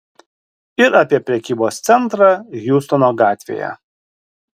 ir apie prekybos centrą hjustono gatvėje